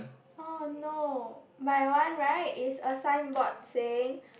oh no my one right is a signboard saying